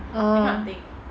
oo